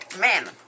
Man